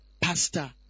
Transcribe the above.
pastor